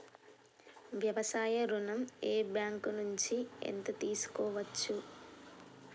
వ్యవసాయ ఋణం ఏ బ్యాంక్ నుంచి ఎంత తీసుకోవచ్చు?